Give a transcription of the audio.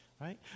Right